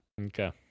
Okay